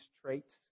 traits